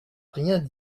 rien